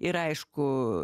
ir aišku